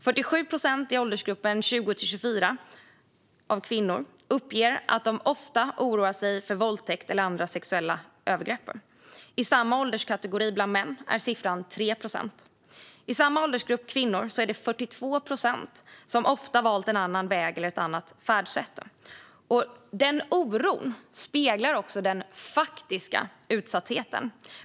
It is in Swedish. Av kvinnor i åldersgruppen 20-24 uppger 47 procent att de ofta oroar sig för våldtäkt eller andra sexuella övergrepp. För män i samma ålderskategori är siffran 3 procent. I samma åldersgrupp av kvinnor är det 42 procent som ofta valt en annan väg eller ett annat färdsätt. Den oron speglar också den faktiska utsattheten.